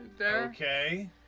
Okay